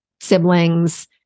siblings